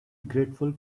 grateful